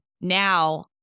Now